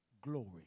glory